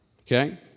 Okay